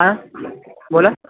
हां बोला